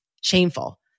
shameful